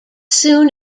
soon